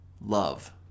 Love